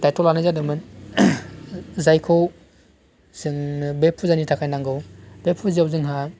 दाइथ' लानाय जादोंमोन जायखौ जोंनो बे फुजानि थाखाय नांगौ बे फुजायाव जोंहा